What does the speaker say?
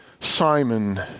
Simon